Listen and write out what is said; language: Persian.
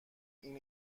این